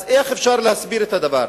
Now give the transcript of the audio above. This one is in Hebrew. אז איך אפשר להסביר את הדבר?